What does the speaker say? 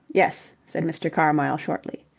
yes, said mr. carmyle, shortly.